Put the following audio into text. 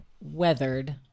weathered